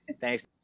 thanks